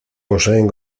poseen